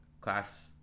class